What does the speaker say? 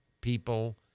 people